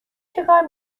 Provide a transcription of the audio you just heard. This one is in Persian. چکار